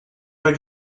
اگه